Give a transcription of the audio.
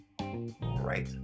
right